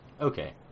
Okay